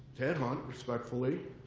ted hunt, respectfully,